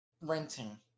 renting